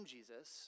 Jesus